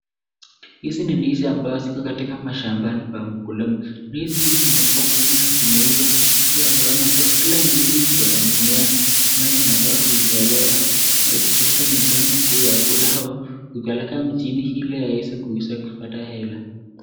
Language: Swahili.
Hizi ni ndizi ambazo ziko katika mashamba ya mpungulumu. Ndizi hizi zimekuwa kubwa na zimeiva. Zinaonekana kuwa kila ndizi iko na mimea. Mimea inafaa kuitolewa na kui